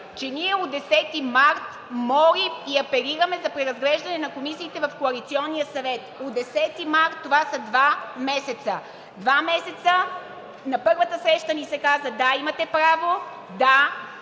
че ние от 10 март молим и апелираме за преразглеждане на комисиите в коалиционния съвет. От 10 март, това са два месеца! Два месеца! На първата среща ни се каза: да, имате право, да,